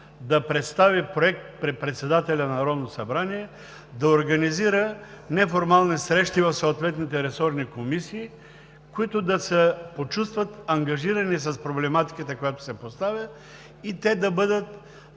да представи проект при председателя на Народното събрание, да организира неформални срещи в съответните ресорни комисии, които да се почувстват ангажирани с проблематиката, която се поставя, и те да бъдат